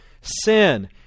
Sin